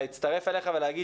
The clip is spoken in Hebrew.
רוצה גם להצטרף אליך ולומר,